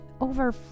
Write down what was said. over